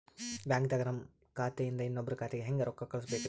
ಬ್ಯಾಂಕ್ದಾಗ ನನ್ ಖಾತೆ ಇಂದ ಇನ್ನೊಬ್ರ ಖಾತೆಗೆ ಹೆಂಗ್ ರೊಕ್ಕ ಕಳಸಬೇಕ್ರಿ?